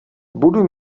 budu